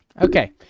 Okay